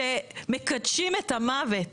שמקדשים את המוות.